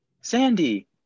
Sandy